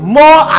more